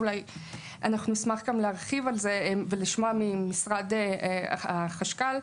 נשמח להרחיב עליה ולשמוע מאגף החשב הכללי,